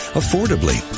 affordably